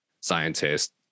scientists